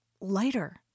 lighter